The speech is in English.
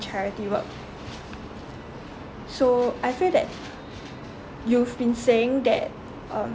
charity work so I feel that you've been saying that um